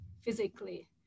physically